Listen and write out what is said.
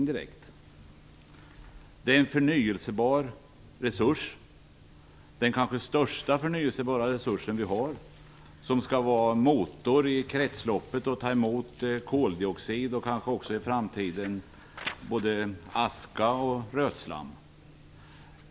Det är en förnyelsebar resurs, den kanske största förnyelsebara resursen vi har, som skall vara motor i kretsloppet och ta emot koldioxid och kanske också både aska och rötslam i framtiden.